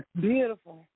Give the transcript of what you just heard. beautiful